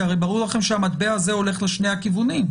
כי הרי ברור לכם שהמטבע הזה הולך לשני הכיוונים.